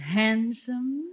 handsome